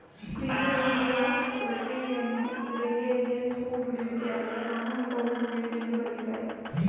ಬಿದಿರು ಹೂಬಿಡುವ ಪ್ರಕ್ರಿಯೆಯನ್ನು ಗ್ರೆಗೇರಿಯಸ್ ಹೂ ಬಿಡುವಿಕೆ ಅಥವಾ ಸಾಮೂಹಿಕ ಹೂ ಬಿಡುವಿಕೆ ಎಂದು ಕರಿತಾರೆ